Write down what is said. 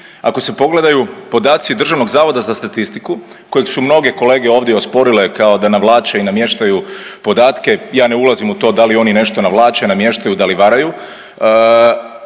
Ako se pogledaju podaci DZS-a kojeg su mnogi kolega ovdje osporile kao da navlače i namještaju podatke, ja ne ulazim u to da li oni nešto navlače, namještaju da li varaju